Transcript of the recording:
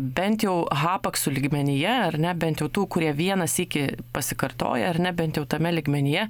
bent jau hapaksų lygmenyje ar ne bent jau tų kurie vieną sykį pasikartoja ar ne bent jau tame lygmenyje